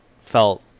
felt